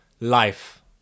life